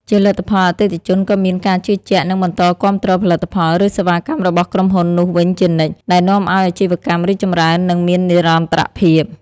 ជាលទ្ធផល អតិថិជនក៏មានការជឿជាក់ និងបន្តគាំទ្រផលិតផល ឬសេវាកម្មរបស់ក្រុមហ៊ុននោះវិញជានិច្ច ដែលនាំឲ្យអាជីវកម្មរីកចម្រើន និងមាននិរន្តរភាព។